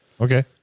Okay